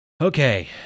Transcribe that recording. Okay